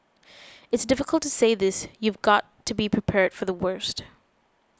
it's difficult to say this you've got to be prepared for the worst